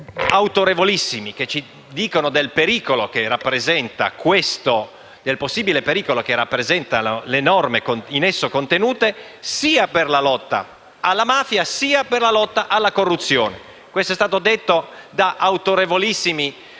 autorevolissimi che ci informano del possibile pericolo che rappresentano le norme in esso contenute sia per la lotta alla mafia sia per la lotta alla corruzione. Questo è stato detto da autorevolissimi